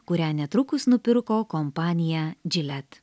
kurią netrukus nupirko kompanija džilet